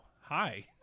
hi